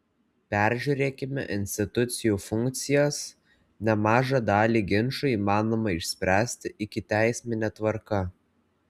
peržiūrėkime institucijų funkcijas nemažą dalį ginčų įmanoma išspręsti ikiteismine tvarka